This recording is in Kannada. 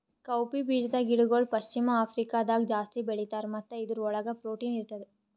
ಕೌಪೀ ಬೀಜದ ಗಿಡಗೊಳ್ ಪಶ್ಚಿಮ ಆಫ್ರಿಕಾದಾಗ್ ಜಾಸ್ತಿ ಬೆಳೀತಾರ್ ಮತ್ತ ಇದುರ್ ಒಳಗ್ ಪ್ರೊಟೀನ್ ಇರ್ತದ